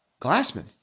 Glassman